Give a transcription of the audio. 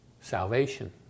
salvation